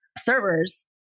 servers